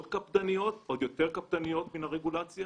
קפדניות הן עוד יותר קפדניות מהרגולציה